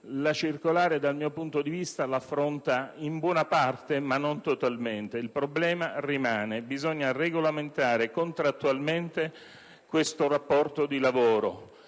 La circolare, dal mio punto di vista, lo affronta in buona parte, ma non totalmente; il problema rimane. Bisogna regolamentare contrattualmente questo rapporto di lavoro.